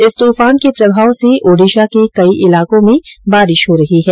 इस तूफान के प्रभाव से ओडिशा के कई इलाको में इस समय बारिश हो रही है